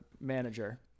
manager